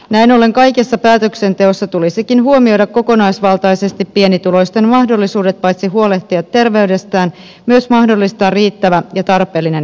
näin ollen kaikessa päätöksenteossa tulisikin huomioida kokonaisvaltaisesti pienituloisten mahdollisuudet paitsi huolehtia terveydestään myös mahdollistaa riittävä ja tarpeellinen lääkehoito